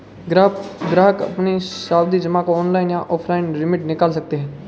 ग्राहक अपनी सावधि जमा को ऑनलाइन या ऑफलाइन रिडीम निकाल सकते है